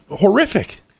horrific